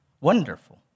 Wonderful